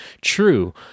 true